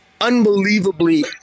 unbelievably